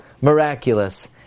miraculous